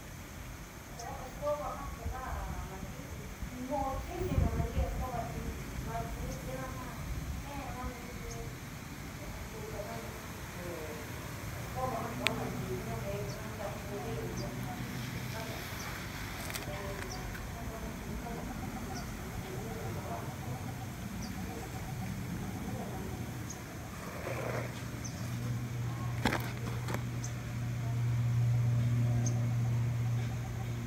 Hon escoba jan kujan na nri muchisimo nanrí escoba chí, nati vinajan ken'na, mi iin kena kutio ne mina pero escobajan kuan nativiná veena kaskudir ná ndo'a, casa ñakuanani escobajan te ñu'u kaba ecoba jan ñiú ñiú nani xhí, jakavana xhin escobana ti'ó chinaxi vara teá nativina konanixhi uj.